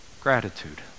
Gratitude